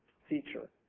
feature.